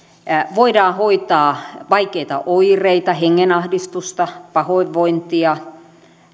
voidaan hoitaa vaikeita oireita hengenahdistusta pahoinvointia